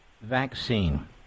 vaccine